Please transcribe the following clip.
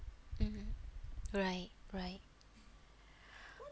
mmhmm right right